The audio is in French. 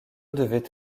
devait